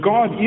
God